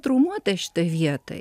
traumuota šitoj vietoj